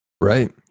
Right